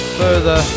further